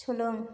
सोलों